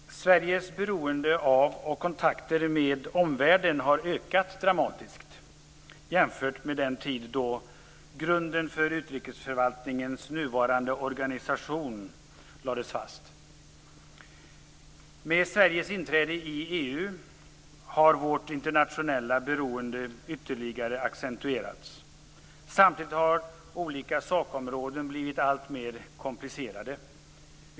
Herr talman! Sveriges beroende av kontakter med omvärlden har ökat dramatiskt jämfört med den tid då grunden för utrikesförvaltningens nuvarande organisation lades fast. I och med Sveriges inträde i EU har vårt internationella beroende ytterligare accentuerats. Samtidigt har olika sakområden blivit alltmer komplicerade.